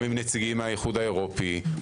גם עם נציגים מהאיחוד האירופי,